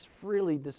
freely